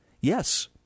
Yes